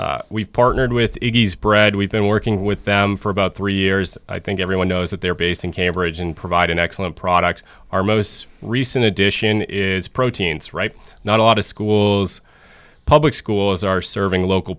have we've partnered with bread we've been working with them for about three years i think everyone knows that they're based in cambridge and provide an excellent product our most recent addition is proteins right not a lot of schools public schools are serving local